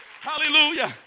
Hallelujah